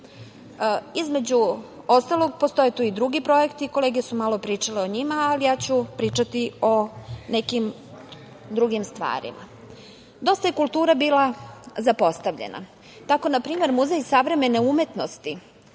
Između ostalog, postoje tu i drugi projekti, kolege su malo pričale o njima, ali ja ću pričati o nekim drugim stvarima. Dosta je kultura bila zapostavljena. Tako, na primer, Muzej savremene umetnosti